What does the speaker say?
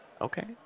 okay